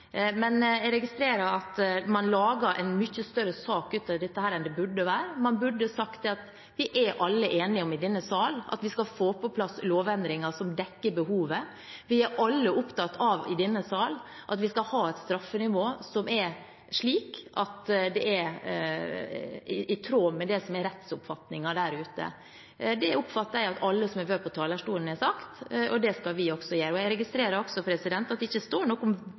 Men jeg registrerer at man lager en mye større sak ut av dette enn det burde være. Man burde ha sagt at vi alle i denne sal er enige om at vi skal få på plass lovendringer som dekker behovet. Vi er alle i denne sal opptatt av at vi skal ha et straffenivå som er slik at det er i tråd med det som er rettsoppfatningen der ute. Det oppfatter jeg at alle som har vært på talerstolen, har sagt, og det skal vi også gjøre. Jeg registrerer også at det ikke står noe om